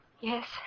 yes